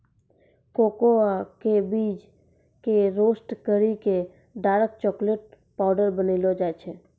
cocoa के बीज कॅ रोस्ट करी क डार्क चाकलेट पाउडर बनैलो जाय छै